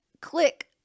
click